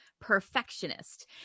perfectionist